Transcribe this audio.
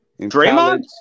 Draymond